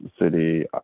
city